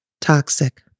toxic